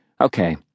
Okay